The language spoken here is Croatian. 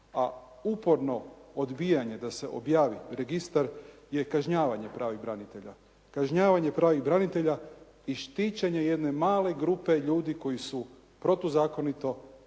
a uporno odbijanje da se objavi registar je kažnjavanje pravih branitelja, kažnjavanje pravih branitelja i štićenje jedne male grupe ljudi koji su protuzakonito,